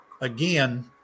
again